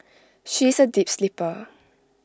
she is A deep sleeper